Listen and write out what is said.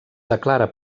declara